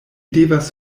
devas